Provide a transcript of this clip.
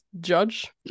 judge